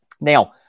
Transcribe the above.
Now